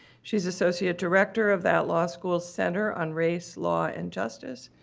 she is associate director of that law school's center on race, law and justice,